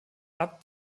abt